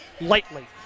lightly